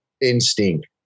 instinct